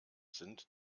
sind